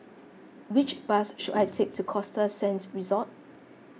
which bus should I take to Costa Sands Resort